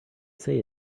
say